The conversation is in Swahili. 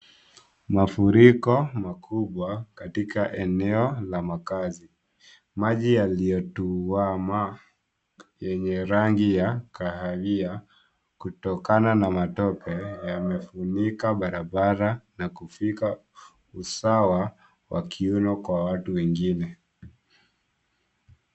Mafuriko makubwa katika eneo la makazi . Maji yaliyotuama yenye rangi ya kahawia kutokana na matope yamefunika barabara na kufika usawa wa kiuno kwa watu wengine.